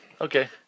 Okay